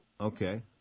Okay